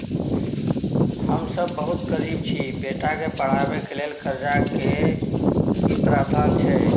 हम सब बहुत गरीब छी, बेटा के पढाबै के लेल कर्जा के की प्रावधान छै?